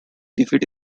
defeat